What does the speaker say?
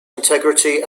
integrity